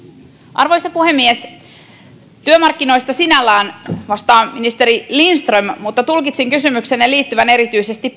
arvoisa puhemies työmarkkinoista sinällään vastaa ministeri lindström mutta tulkitsin kysymyksenne liittyvän erityisesti